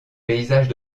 paysages